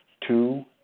two